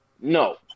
No